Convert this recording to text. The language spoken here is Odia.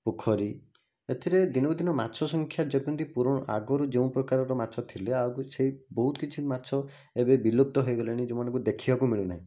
ପୋଖରୀ ଏଥିରେ ଦିନକୁଦିନ ମାଛ ସଂଖ୍ୟା ଯେମିତି ଆଗରୁ ଯେଉଁ ପ୍ରକାରର ମାଛ ଥିଲେ ଆଉ ସେ ବହୁତ କିଛି ମାଛ ଏବେ ବିଲୁପ୍ତ ହୋଇଗଲେଣି ଯେଉଁମାନଙ୍କୁ ଦେଖିବାକୁ ମିଳୁନାହିଁ